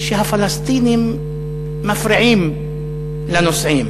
שהפלסטינים מפריעים לנוסעים.